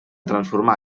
transformar